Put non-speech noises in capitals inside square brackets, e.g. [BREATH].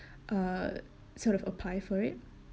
[BREATH] uh sort of apply for it